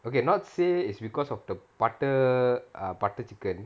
okay not say it's because of the butter err butter chicken